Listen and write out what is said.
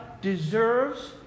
deserves